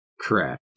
Correct